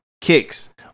kicks